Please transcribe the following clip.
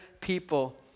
people